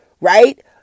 right